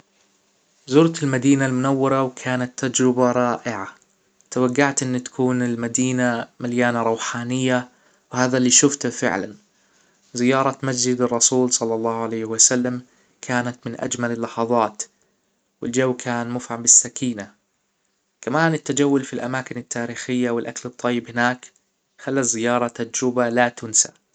زرت المدينة المنورة وكانت تجربة رائعة توجعت ان تكون المدينة مليانه روحانية وهذا اللى شفته فعلا زياره مسجد الرسول - صلى الله عليه وسلم - كانت من أجمل اللحظات والجو كان مفعم بالسكينة كمان التجول فى الأماكن التاريخية و الاكل الطيب هناك خلى الزياره تجربة لا تنسي